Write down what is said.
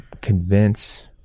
convince